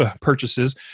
purchases